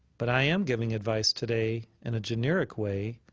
but i am giving advice today in a generic way,